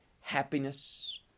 happiness